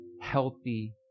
healthy